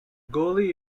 goalie